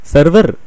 Server